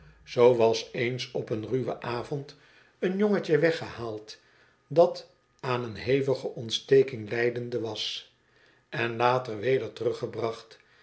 zoo was eens op een ruwen avond een jongetje weggehaald dat aan een hevige ontsteking lijdende was en later weder teruggebracht